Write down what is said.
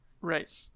Right